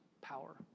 power